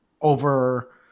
over